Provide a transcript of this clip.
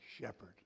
shepherd